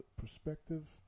perspective